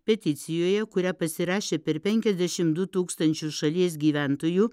peticijoje kurią pasirašė per penkiasdešim du tūkstančius šalies gyventojų